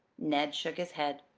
ned shook his head.